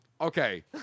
Okay